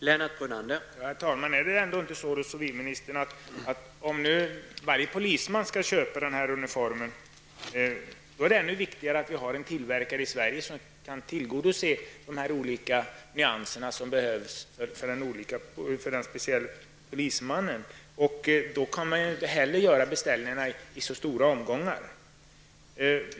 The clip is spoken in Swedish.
Herr talman! Är det ändå inte så, civilministern, att det är ännu viktigare att det finns en tillverkare i Sverige som kan tillhandahålla alla de olika nyanser som kan behövas av uniformen, om varje polisman skall köpa sin uniform? Då kan beställningarna inte heller göras i så stora partier.